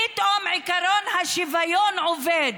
פתאום עקרון השוויון עובד,